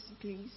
please